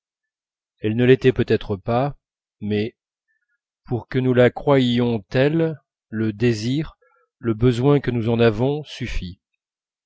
elle ne l'était peut-être pas mais pour que nous la croyions telle le désir le besoin que nous en avons suffit